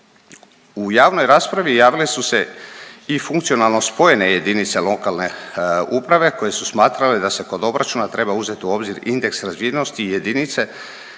U javnoj raspravi javile su se i funkcionalno spojene jedinice lokalne uprave koje su smatrale da se kod obračuna treba uzeti u obzir indeks razvijenosti jedinice